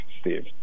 Steve